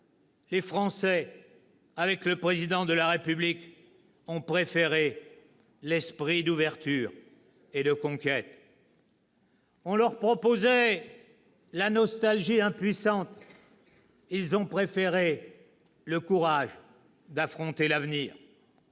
les Français, avec le Président de la République, ont préféré l'esprit d'ouverture et de conquête. « On leur proposait la nostalgie impuissante ; ils ont préféré le courage d'affronter l'avenir.